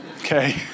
okay